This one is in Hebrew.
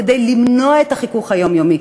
כדי למנוע את החיכוך היומיומי,